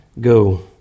go